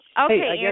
Okay